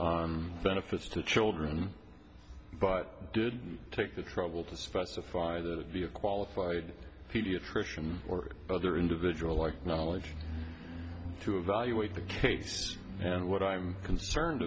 on benefits to children but i did take the trouble to specify that be a qualified pediatrician or other individual like knowledge through evaluate the case and what i'm concerned